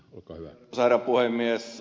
arvoisa herra puhemies